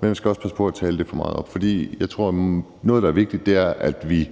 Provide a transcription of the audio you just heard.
men vi skal også passe på med at tale det for meget op. Jeg tror, at noget, der er vigtigt, er, at vi